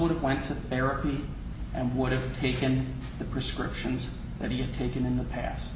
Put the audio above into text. would have went to therapy and would have taken the prescriptions that he had taken in the past